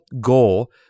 goal